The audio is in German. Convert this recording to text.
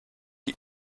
die